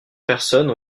personnes